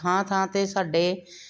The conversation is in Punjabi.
ਥਾਂ ਥਾਂ 'ਤੇ ਸਾਡੇ